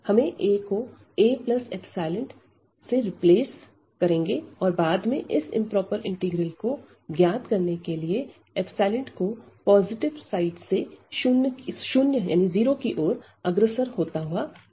हमे a को aरिप्लेस करेंगे और बाद में इस इंप्रोपर इंटीग्रल को ज्ञात करने के लिए को पॉजिटिव साइड से शून्य की ओर अग्रसर होता हुआ लेंगे